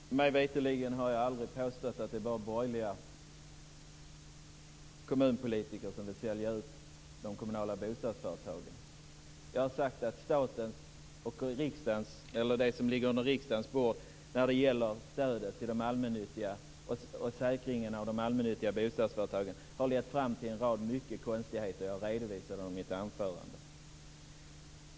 Herr talman! Mig veterligen har jag aldrig påstått att det bara är borgerliga kommunpolitiker som vill sälja ut de kommunala bostadsföretagen, Rigmor Ahlstedt. Jag har sagt att det som lyder under riksdagen när det gäller stödet till och säkringen av de allmännyttiga bostadsföretagen har lett fram till en rad stora konstigheter. Jag redovisade dem i mitt anförande.